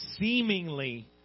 seemingly